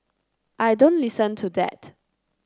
I don't listen to that